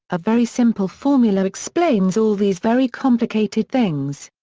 a very simple formula explains all these very complicated things.